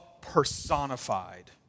personified